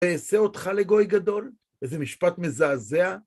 "אעשה אותך לגוי גדול", איזה משפט מזעזע?